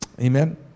Amen